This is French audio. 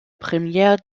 première